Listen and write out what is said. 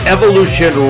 Evolution